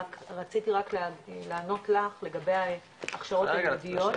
רק רציתי לענות לך לגבי הכשרות ייעודיות,